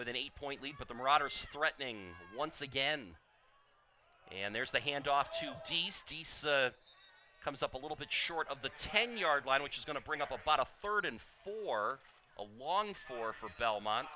with an eight point lead but the marauders threatening once again and there's the handoff to the comes up a little bit short of the ten yard line which is going to bring up a bottle third and for a long four for belmont